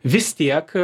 vis tiek